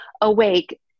awake